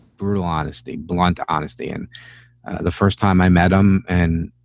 brutal honesty. blunt honesty in the first time i met him. and,